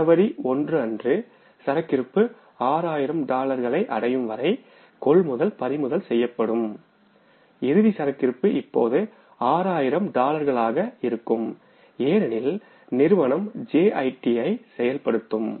ஜனவரி ஒன்று அன்று சரக்கிருப்பு 6000 டாலர்களை அடையும் வரை கொள்முதல் பறிமுதல் செய்யப்படும்இறுதி சரக்கிருப்பு இப்போது 6000 டாலர்களாக இருக்கும் ஏனெனில் நிறுவனம் ஜஸ்ட் இன் டைம் ஐ செயல்படுத்தும்